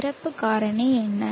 நிரப்பு காரணி என்ன